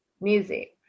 music